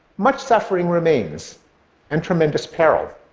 much suffering remains and tremendous peril,